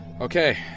Okay